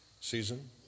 season